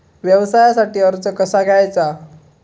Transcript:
व्यवसायासाठी कर्ज कसा घ्यायचा?